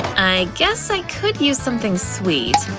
i guess i could use something sweet.